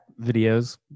videos